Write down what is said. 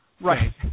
Right